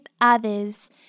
others